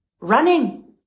running